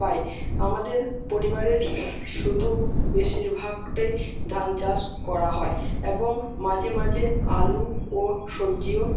পাই আমাদের পরিবারের শুধু বেশিরভাগটাই ধান চাষ করা হয় এবং মাঝে মাঝে আলু ও সবজিও